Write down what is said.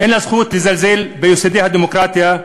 אין לה זכות לזלזל ביסודות הדמוקרטיה,